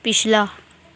पिछला